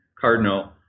Cardinal